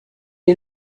est